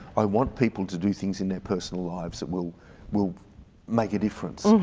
i want people to do things in their personal lives that will will make a difference.